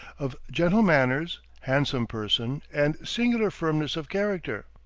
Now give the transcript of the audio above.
of gentle manners, handsome person, and singular firmness of character.